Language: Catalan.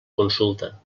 consulta